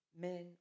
men